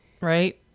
Right